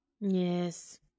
Yes